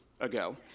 ago